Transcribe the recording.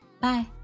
Bye